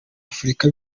afurika